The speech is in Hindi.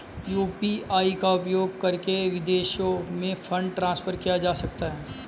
यू.पी.आई का उपयोग करके विदेशों में फंड ट्रांसफर किया जा सकता है?